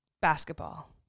basketball